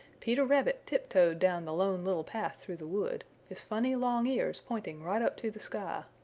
peter rabbit tip-toed down the lone little path through the wood, his funny long ears pointing right up to the sky.